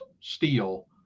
steel